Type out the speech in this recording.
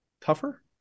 tougher